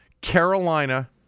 Carolina